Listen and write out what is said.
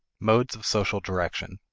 modes of social direction.